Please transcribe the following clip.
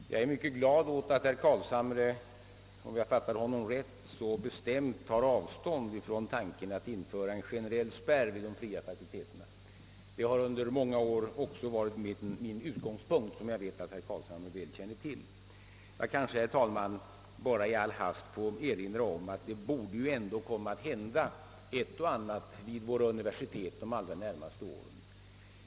Herr talman! Jag är mycket glad åt att herr Carlshamre, om jag fattade ho nom rätt, så bestämt tar avstånd från tanken att införa en generell spärr vid de fria fakulteterna. Det har under många år också varit min utgångspunkt, vilket jag vet att herr Carlshamre väl känner till. Jag kanske, herr talman, bara i all hast får erinra om att det borde ju ändå komma att hända ett och annat vid våra universitet de allra närmaste åren.